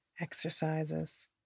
exercises